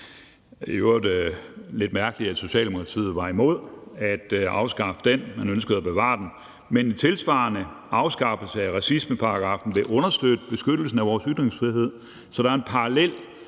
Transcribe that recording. er det lidt mærkeligt, at Socialdemokratiet var imod at afskaffe den, men ønskede at bevare den. En tilsvarende afskaffelse af racismeparagraffen vil understøtte beskyttelsen af vores ytringsfrihed, så der er et parallelt